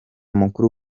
mukuru